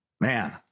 man